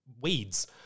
weeds